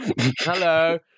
hello